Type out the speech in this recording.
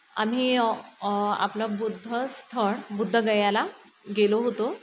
आम्ही आपलं बुद्ध स्थळ बुद्धगयाला गेलो होतो